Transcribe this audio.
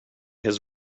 his